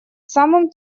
самым